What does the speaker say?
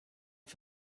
not